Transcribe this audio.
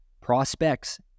Prospects